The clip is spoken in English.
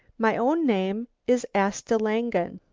my own name is asta langen.